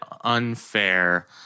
unfair